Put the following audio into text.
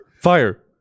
fire